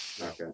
Okay